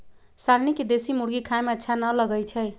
शालनी के देशी मुर्गी खाए में अच्छा न लगई छई